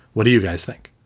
what do you guys think?